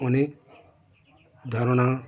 অনেক ধারণা